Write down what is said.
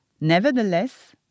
Nevertheless